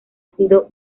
sido